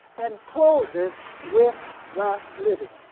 and closes with the living.